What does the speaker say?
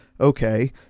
okay